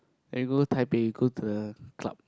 and we go Taipei we go to the club